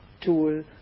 tool